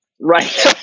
Right